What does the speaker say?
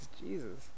Jesus